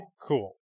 Cool